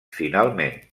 finalment